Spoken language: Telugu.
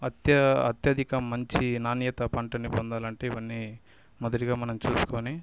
అత్య అత్యధిక మంచి నాణ్యత పంటని పొందాలంటే ఇవన్నీ మొదటగా మనం చూసుకొని